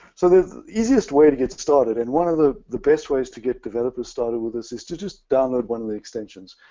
so the easiest way to get started, and one of the the best ways to get developers started with this is to just download one of the extensions.